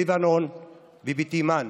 בלבנון ובתימן.